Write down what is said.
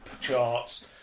charts